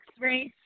race